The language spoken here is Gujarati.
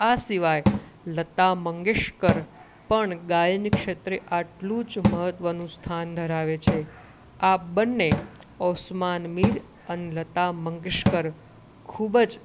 આ સિવાય લતા મંગેશકર પણ ગાયનિક ક્ષેત્રે આટલું જ મહત્ત્વનું સ્થાન ધરાવે છે આ બન્ને ઓસમાણ મીર અને લતા મંગેશકર ખૂબ જ